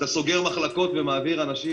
אתה סוגר מחלקות ומעביר אנשים,